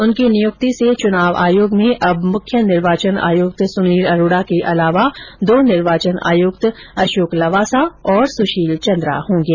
उनकी नियुक्ति से चुनाव आयोग में अब मुख्य निर्वाचन आयुक्त सुनील अरोड़ा के अलावा दो निर्वाचन आयुक्त अशोक लवासा और सुशील चन्द्रा होंगे